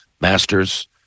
Masters